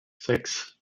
sechs